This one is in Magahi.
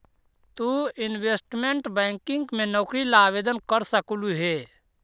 तु इनवेस्टमेंट बैंकिंग में नौकरी ला आवेदन कर सकलू हे